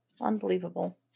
Unbelievable